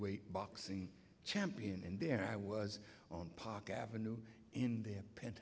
weight boxing champion and there i was on park avenue in their p